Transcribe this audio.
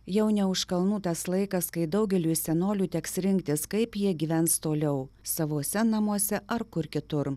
jau ne už kalnų tas laikas kai daugeliui senolių teks rinktis kaip jie gyvens toliau savuose namuose ar kur kitur